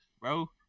bro